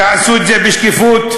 תעשו את זה בשקיפות,